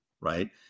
right